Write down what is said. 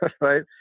Right